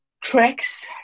tracks